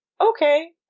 okay